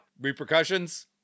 Repercussions